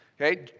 Okay